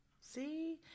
See